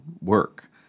work